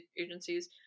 agencies